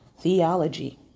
theology